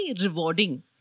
rewarding